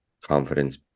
confidence